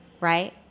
right